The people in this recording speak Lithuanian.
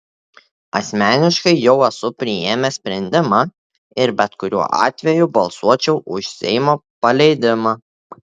asmeniškai jau esu priėmęs sprendimą ir bet kuriuo atveju balsuočiau už seimo paleidimą